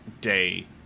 day